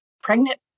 pregnant